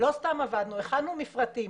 לא סתם עבדנו, הכנו מפרטים,